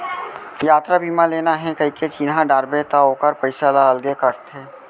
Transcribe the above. यातरा बीमा लेना हे कइके चिन्हा डारबे त ओकर पइसा ल अलगे काटथे